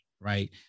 right